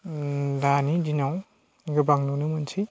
दानि दिनाव गोबां नुनो मोनसै